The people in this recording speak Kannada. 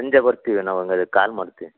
ಸಂಜೆ ಬರ್ತೀವಿ ನಾವು ಹಾಗಾರೆ ಕಾಲ್ ಮಾಡ್ತೀವಿ